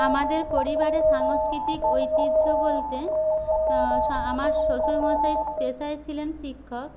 আমাদের পরিবারে সাংস্কৃতিক ঐতিহ্য বলতে আমার শ্বশুরমশাই পেশায় ছিলেন শিক্ষক